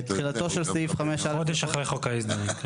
חודש אחרי חוק ההסדרים.